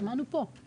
שמענו פה.